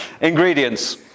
Ingredients